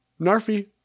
Narfi